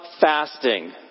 fasting